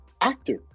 actor